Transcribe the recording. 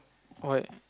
what